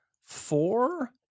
four